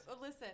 Listen